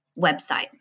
website